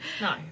No